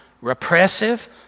repressive